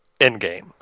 Endgame